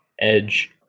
edge